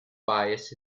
bias